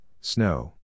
snow